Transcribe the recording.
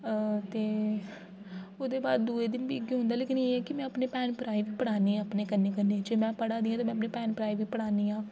अअ ते ओह्दे बाद दूऐ दिन बी इ'यै होंदा लेकिन एह् ऐ कि में अपने भैन भ्राऐं बी पढ़ानी आं अपने कन्नै कन्नै जे में पढ़ाऽ दी आं ते में अपने भैन भ्राऐं गी बी पढ़ानी आं